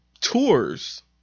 tours